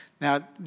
Now